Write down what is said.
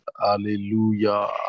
Hallelujah